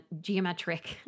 geometric